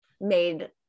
made